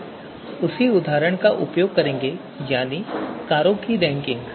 हम उसी उदाहरण का उपयोग करेंगे यानी कारों की रैंकिंग